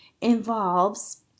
involves